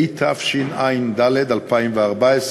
התשע"ד 2014,